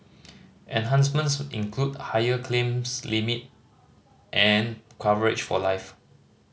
enhancements include higher claims limit and coverage for life